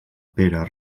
pere